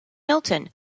milton